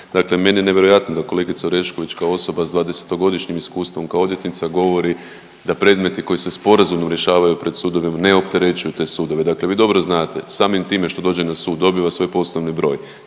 Dakle meni je nevjerojatno da kolegica Orešković kao osoba s 20-godišnjim iskustvom kao odvjetnica govori da predmeti koji se sporazumno rješavaju pred sudovima ne opterećuju te sudove. Dakle vi dobro znate samim time što dođe na sud, dobiva svoj poslovni broj,